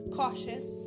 cautious